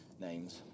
names